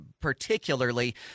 particularly